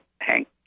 Hank